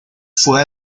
fue